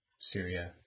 Syria